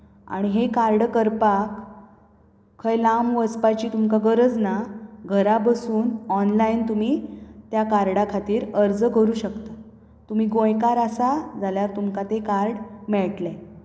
आनी हें कार्ड करपाक खंय लांब वचपाची तुमकां गरज ना घरा बसून ऑनलायन तुमी त्या कार्डा खातीर अर्ज करूंक शकता तुमी गोंयकार आसा जाल्यार तुमकां तें कार्ड मेळटलें